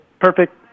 perfect